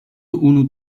unu